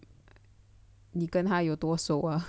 你跟他有多熟